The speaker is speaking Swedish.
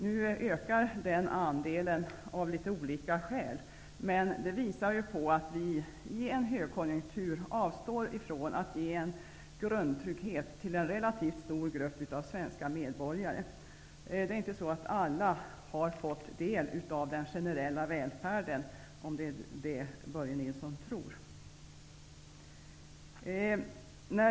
Nu ökar den andelen av litet olika skäl, men det visar att vi i en högkonjunktur avstår från att ge grundtrygghet till en relativt stor grupp av svenska medborgare. Alla har inte fått del av den generella välfärden, om det är det Börje Nilsson tror.